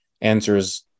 answers